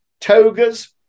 Togas